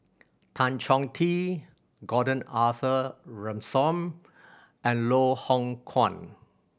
Tan Chong Tee Gordon Arthur Ransome and Loh Hoong Kwan